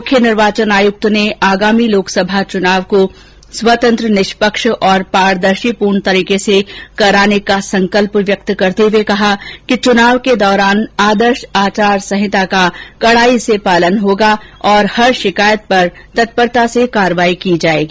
मुख्य निर्वाचन आयुक्त ने आगामी लोकसभा चुनाव को स्वतंत्र निष्पक्ष और पारदर्शीपूर्ण तरीके से कराने का संकल्प व्यक्त करते हुए कहा कि चुनाव के दौरान आचार संहिता का कड़ाई से पालन होगा और हर शिकायत पर तत्परता से कार्रवाई की जाएगी